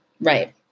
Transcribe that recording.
Right